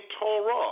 Torah